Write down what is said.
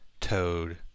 Toad